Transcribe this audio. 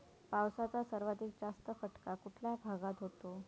पावसाचा सर्वाधिक जास्त फटका कुठल्या भागात होतो?